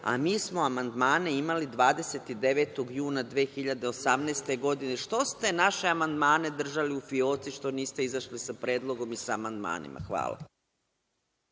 a mi smo amandmane imali 29. juna 2018. godine. Što ste naše amandmane držali u fioci? Što niste izašli sa predlogom i sa amandmanima? Hvala.